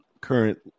current